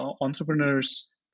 entrepreneur's